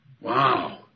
Wow